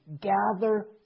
gather